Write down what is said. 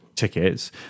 tickets